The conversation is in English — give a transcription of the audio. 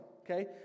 okay